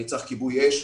אני צריך כיבוי אש,